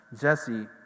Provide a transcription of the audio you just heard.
Jesse